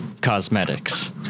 cosmetics